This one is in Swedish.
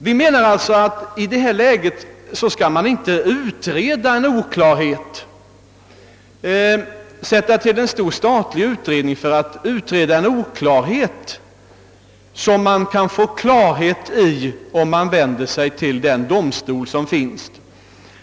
Vi menar alltså att man i detta läge inte skall tillsätta en stor statlig utredning för att utreda en oklarhet som kan elimineras om man vänder sig till den domstol som finns.